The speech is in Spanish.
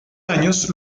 años